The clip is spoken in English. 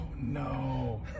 no